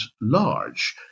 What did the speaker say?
large